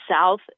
South